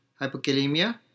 hypokalemia